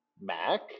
Mac